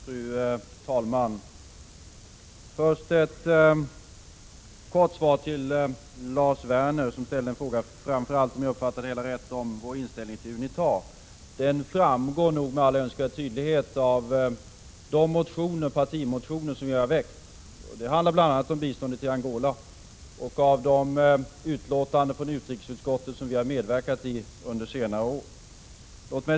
Fru talman! Först ett kort svar till Lars Werner, som ställde en fråga som framför allt rörde — om jag uppfattade det rätt — vår inställning till Unita: Vår inställning framgår nog med all önskvärd tydlighet av de partimotioner som vi har medverkat i under senare år — de handlar bl.a. om biståndet till Angola — och av de betänkanden från utrikesutskottet under senare år som vi också medverkat i.